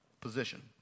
position